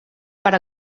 per